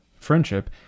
friendship